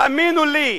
תאמינו לי,